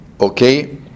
Okay